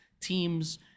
teams